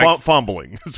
fumbling